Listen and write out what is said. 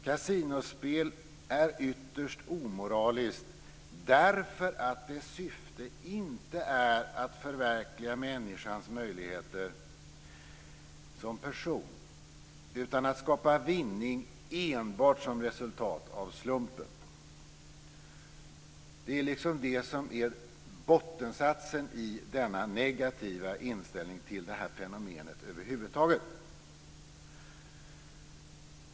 Kasinospel är ytterst omoraliskt därför att dess syfte inte är att förverkliga människans möjligheter som person utan att skapa vinning enbart som resultat av slumpen. Det är liksom bottensatsen i den negativa inställningen till det här fenomenet över huvud taget.